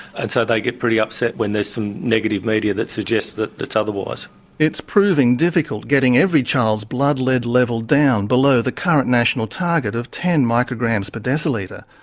and so they get pretty upset when there's some negative media that suggests that it's otherwise. it's proving difficult getting every child's blood lead level down below the current national target of ten micrograms per decilitre.